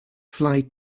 flight